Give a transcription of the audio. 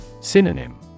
Synonym